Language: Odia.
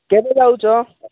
କେବେ ଯାଉଛ